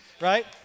right